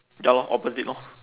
ya lor opposite lor